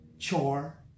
chore